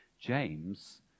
James